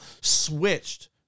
switched